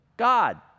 God